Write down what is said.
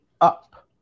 up